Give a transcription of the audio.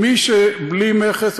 מי שבלי מכס,